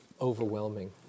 overwhelming